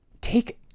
take